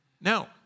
No